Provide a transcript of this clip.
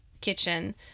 kitchen